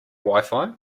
wifi